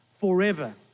forever